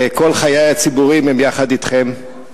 כל חיי הציבוריים הם יחד אתכן.